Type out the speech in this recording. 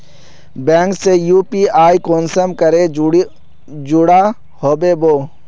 Bank से UPI कुंसम करे जुड़ो होबे बो?